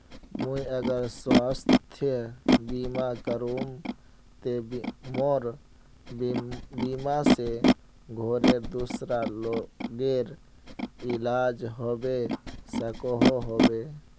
मुई अगर स्वास्थ्य बीमा करूम ते मोर बीमा से घोरेर दूसरा लोगेर इलाज होबे सकोहो होबे?